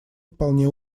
вполне